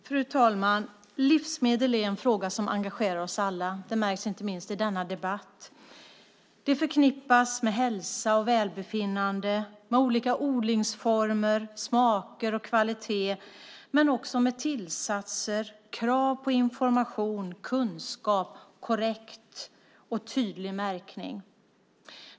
Fru talman! Livsmedel är en fråga som engagerar oss alla. Det märks inte minst i denna debatt. Det förknippas med hälsa och välbefinnande, med olika odlingsformer, smaker och kvalitet men också med tillsatser, krav på information, kunskap och korrekt och tydlig märkning.